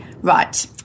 Right